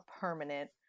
permanent